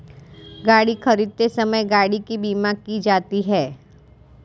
गाड़ी खरीदते समय गाड़ी की बीमा की जाती है